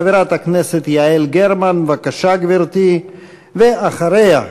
חברת הכנסת יעל גרמן, בבקשה, גברתי, ואחריה,